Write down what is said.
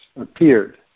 appeared